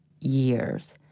years